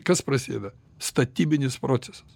kas prasideda statybinis procesas